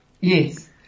yes